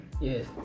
Yes